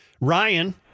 Ryan